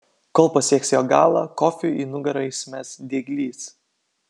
kol pasieks jo galą kofiui į nugarą įsimes dieglys